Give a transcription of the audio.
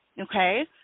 Okay